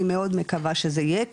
אני מאוד מקווה שזה יהיה,